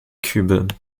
cube